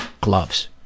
gloves